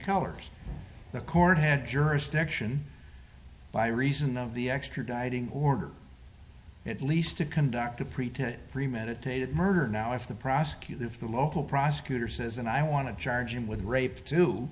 colors the court had jurisdiction by reason of the extraditing order at least to conduct a pretend premeditated murder now if the prosecutor if the local prosecutor says and i want to charge him with rape to